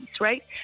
Right